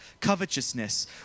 covetousness